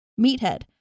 meathead